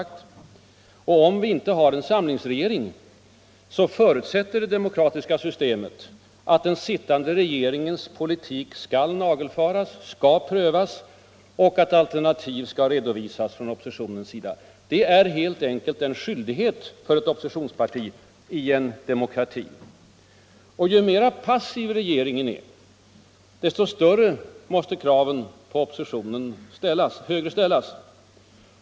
Om vi inte har en samlingsregering så förutsätter det demokratiska systemet att den sittande regeringens politik skall nagelfaras och prövas och att alternativ skall redovisas från oppositionens sida. Det är helt enkelt en skyldighet för ett oppositionsparti i en demokrati. Och ju mera passiv regeringen är, desto större krav måste ställas på oppositionen.